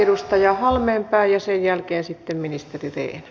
edustaja halmeenpää ja sen jälkeen sitten ministeri rehn